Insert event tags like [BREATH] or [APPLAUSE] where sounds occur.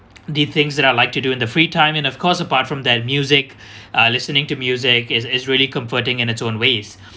the things that I like to do in the free time and of course apart from their music [BREATH] uh listening to music is is really comforting in its own ways